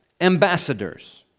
ambassadors